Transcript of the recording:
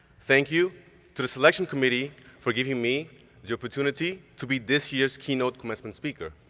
thank you to the selection committee for giving me the opportunity to be this year's keynote commencement speaker.